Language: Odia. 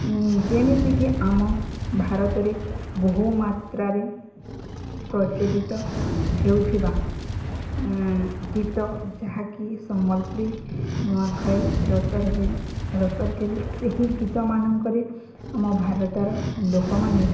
ଯେମିତିକି ଆମ ଭାରତରେ ବହୁମାତ୍ରାରେ ପ୍ରଚଳିତ ହେଉଥିବା ଗୀତ ଯାହାକି ସମ୍ବଲପୁରୀ ନୂଆଖାଇ ରସ ରସର କଲି ସେହି ଗୀତମାନଙ୍କରେ ଆମ ଭାରତର ଲୋକମାନେ